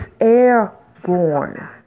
airborne